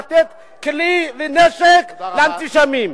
ולתת כלי ונשק לאנטישמים.